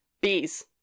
Bees